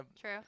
True